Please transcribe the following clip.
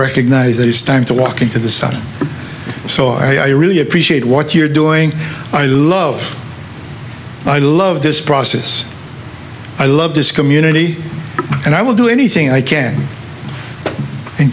recognize that it's time to walk into the sun so i really appreciate what you're doing i love i love this process i love this community and i will do anything i can